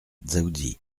dzaoudzi